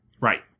Right